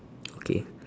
okay